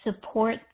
support